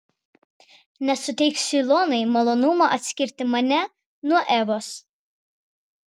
nesuteiksiu ilonai malonumo atskirti mane nuo evos